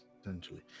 essentially